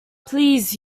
please